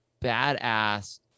badass